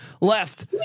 left